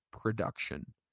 production